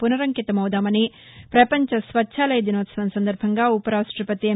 పునరంకితమవుదామని పపంచ స్వచ్చాలయ దినోత్సవం సందర్బంగా ఉపరాష్టపతి ఎం